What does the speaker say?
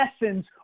lessons